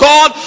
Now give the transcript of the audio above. God